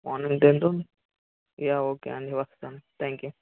morning ten to yeah okay అండి వస్తాను thank you